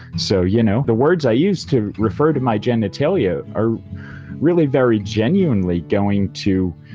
so you know the words i use to refer to my genitalia are really very genuinely going to